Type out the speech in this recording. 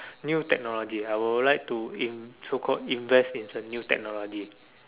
new technology I would like to in so called invest in the new technology